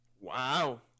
Wow